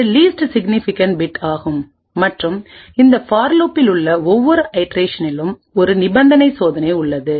அது least significant bit ஆகும் மற்றும் இந்த பார் லூப்பில் உள்ள ஒவ்வொரு ஐட்ரேஷனிலும் ஒரு நிபந்தனை சோதனை உள்ளது